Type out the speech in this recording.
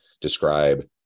describe